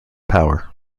power